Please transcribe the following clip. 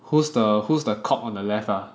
who's the who's the cock on the left ah